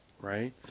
right